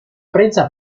prensa